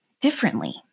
differently